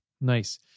Nice